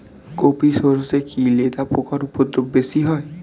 কোপ ই সরষে কি লেদা পোকার উপদ্রব বেশি হয়?